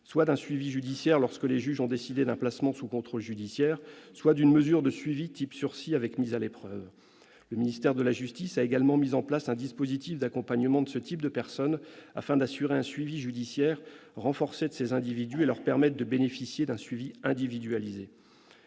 soit d'un suivi judiciaire lorsque les juges ont décidé d'un placement sous contrôle judiciaire, soit d'une mesure de suivi du type du sursis avec mise à l'épreuve. Le ministère de la justice a également mis en place un dispositif d'accompagnement de ce type de personnes, afin d'assurer un suivi judiciaire renforcé de ces individus et de leur permettre de bénéficier d'un suivi individualisé.